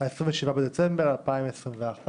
ה-27 בדצמבר 2022,